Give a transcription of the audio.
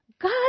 God